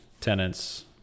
tenants